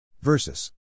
versus